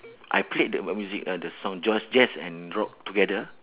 I played the rock music ah the song just jazz and rock together